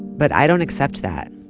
but i don't accept that.